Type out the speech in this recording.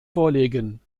vorlegen